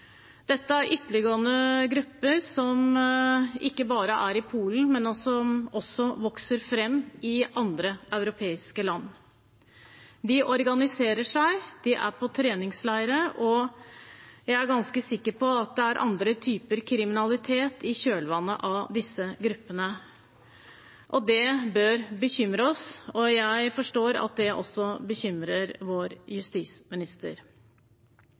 Dette er ytterliggående grupper som ikke bare er i Polen, men som også vokser fram i andre europeiske land. De organiserer seg og er på treningsleirer. Jeg er ganske sikker på at andre typer kriminalitet er i kjølvannet av disse gruppene, og det bør bekymre oss. Jeg forstår at det bekymrer vår justisminister.